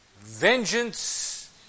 Vengeance